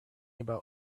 about